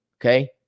okay